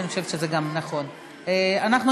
אני חושבת שזה גם נכון.